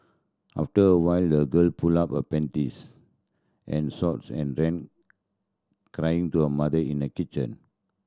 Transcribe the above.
after a while the girl pulled up her panties and shorts and ran crying to her mother in the kitchen